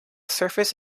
surface